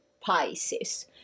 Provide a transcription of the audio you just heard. Pisces